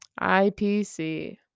IPC